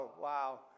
wow